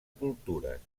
cultures